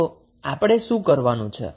તો આપણે શું કરવાનું છે